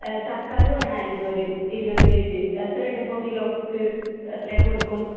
തക്കാളി വേണമായിരുന്നു ഒരു ഇരുപത് കെ ജി എത്രയുണ്ടിപ്പോൾ കിലോയ്ക്ക് എത്രയിനു കൊടുക്കും